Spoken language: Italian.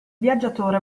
viaggiatore